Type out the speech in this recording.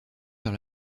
vers